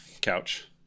couch